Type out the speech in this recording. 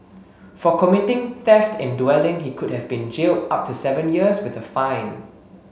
for committing theft in dwelling he could have been jailed up to seven years with a fine